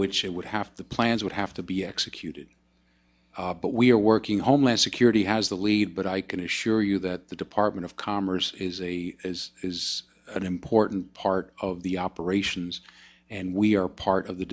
which it would have the plans would have to be executed but we are work homeland security has the lead but i can assure you that the department of commerce is a is is an important part of the operations and we are part of the